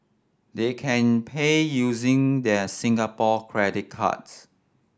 they can pay using their Singapore credit cards